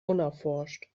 unerforscht